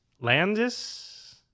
Landis